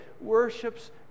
worships